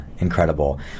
incredible